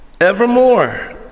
evermore